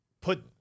put